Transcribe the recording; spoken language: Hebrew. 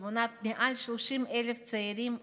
שמונה מעל 30,000 צעירים,